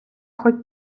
хоть